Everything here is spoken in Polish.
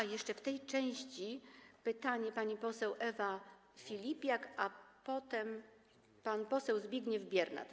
Aha, jeszcze w tej części pytanie zada pani poseł Ewa Filipiak, a potem pan poseł Zbigniew Biernat.